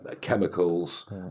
chemicals